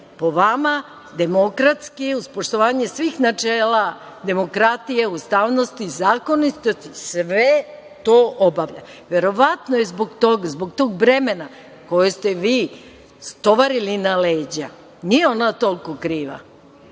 to vreme, demokratski, uz poštovanje svih načela demokratije, ustavnosti i zakonitosti, sve to obavlja zbog tog bremena koje ste vi stovarili na leđa. Nije ona toliko kriva. Ja